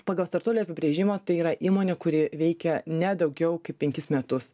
pagal startuolio apibrėžimą tai yra įmonė kuri veikia ne daugiau kaip penkis metus